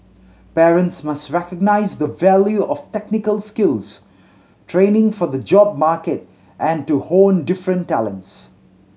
parents must recognise the value of technical skills training for the job market and to hone different talents